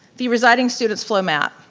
the residing students flow map,